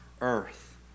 earth